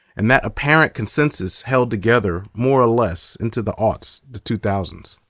and that apparent consensus held together more or less into the aughts, the two thousand